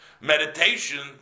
meditation